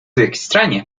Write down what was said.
extrañas